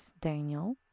Daniel